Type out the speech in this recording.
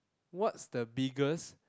what's the biggest